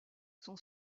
son